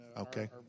Okay